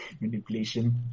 Manipulation